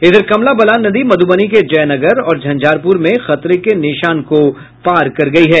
इधर कमला बलान नदी मध्रबनी के जयनगर और झंझारपुर में खतरे के निशान को पार कर गयी है